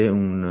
un